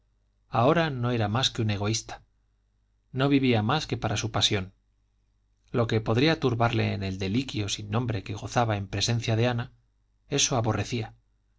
ahora no era más que un egoísta no vivía más que para su pasión lo que podría turbarle en el deliquio sin nombre que gozaba en presencia de ana eso aborrecía